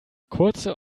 kurze